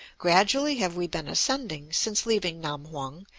gradually have we been ascending since leaving nam-hung,